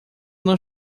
não